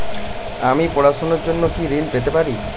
আমি পড়াশুনার জন্য কি ঋন পেতে পারি?